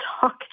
talk